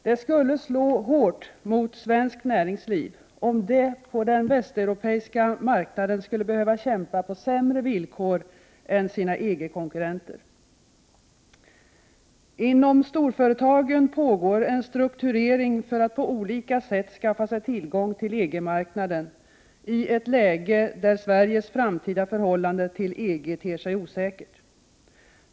Det skulle slå hårt mot svenskt näringsliv om det på den västeuropeiska marknaden skulle behöva kämpa på sämre villkor än sina EG-konkurrenter. Inom storföretagen pågår en strukturering för att man på olika sätt skall kunna skaffa sig tillgång till EG-marknaden i ett läge där Sveriges framtida förhållande till EG ter sig osäkert.